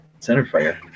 centerfire